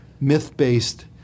myth-based